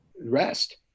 rest